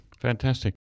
Fantastic